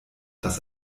dass